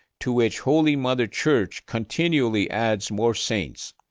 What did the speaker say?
to which holy mother church continually adds more saints.